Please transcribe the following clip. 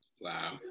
Wow